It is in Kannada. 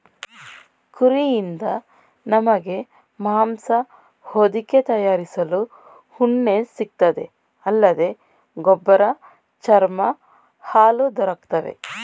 ಕುರಿಯಿಂದ ನಮಗೆ ಮಾಂಸ ಹೊದಿಕೆ ತಯಾರಿಸಲು ಉಣ್ಣೆ ಸಿಗ್ತದೆ ಅಲ್ಲದೆ ಗೊಬ್ಬರ ಚರ್ಮ ಹಾಲು ದೊರಕ್ತವೆ